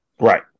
Right